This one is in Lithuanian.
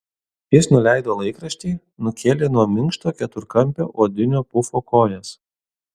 jis nuleido laikraštį nukėlė nuo minkšto keturkampio odinio pufo kojas